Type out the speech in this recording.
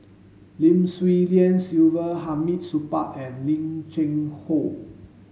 Lim Swee Lian Sylvia Hamid Supaat and Lim Cheng Hoe